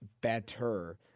better